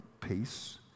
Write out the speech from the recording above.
peace